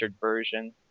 version